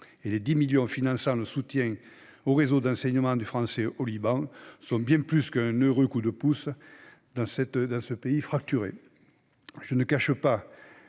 les 10 millions d'euros dédiés au soutien au réseau d'enseignement du français au Liban sont bien plus qu'un heureux coup de pouce, dans un pays fracturé. Je ne cache pas